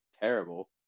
terrible